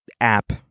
App